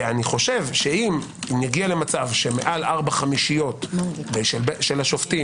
אני סבור שאם נגיע למצב שמעל ארבע חמישיות של שופטי